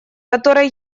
которая